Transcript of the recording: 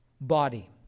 body